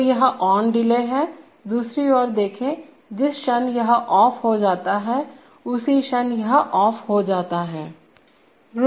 तो यह on delay है दूसरी ओर देखें जिस क्षण यह ऑफ हो जाता है उसी क्षण यह ऑफ हो जाता है